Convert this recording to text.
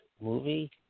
movie